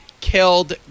killed